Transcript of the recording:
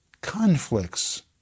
conflicts